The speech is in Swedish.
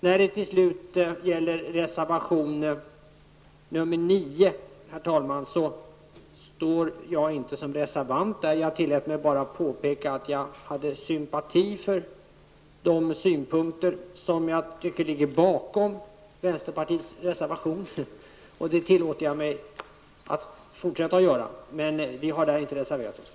När det gäller reservation nr 9, herr talman, står jag inte som reservant. Jag tillät mig bara påpeka att jag har sympati för de synpunkter som ligger bakom vänsterpartiets reservation, men vi har där inte reserverat oss.